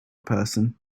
person